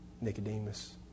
Nicodemus